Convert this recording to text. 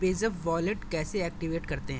پے zip wallet activate ایکٹیویٹ کرتے ہیں